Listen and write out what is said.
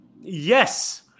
Yes